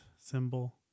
symbol